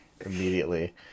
immediately